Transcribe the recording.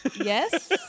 Yes